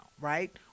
right